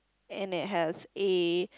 and it have a